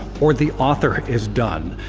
or the author is done.